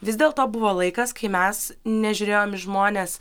vis dėlto buvo laikas kai mes nežiūrėjom į žmones